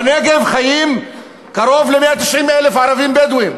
בנגב חיים קרוב ל-190,000 ערבים בדואים,